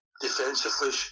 defensively